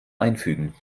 einfügen